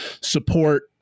support